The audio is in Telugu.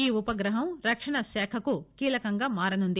ఈ ఉపగ్రహం రక్షణశాఖకు కీలకంగా మారనుంది